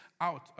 out